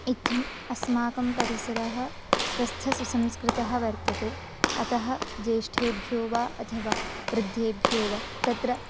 इत्थम् अस्माकं परिसरः स्वस्थः सुसंस्कृतः वर्तते अतः ज्येष्ठेभ्यो एव अथवा वृद्धेभ्यो वा तत्र